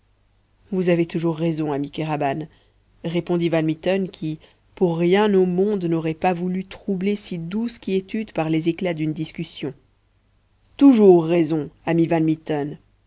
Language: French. vous avez toujours raison ami kéraban répondit van mitten qui pour rien au monde n'aurait pas voulu troubler si douce quiétude par les éclats d'une discussion toujours raison ami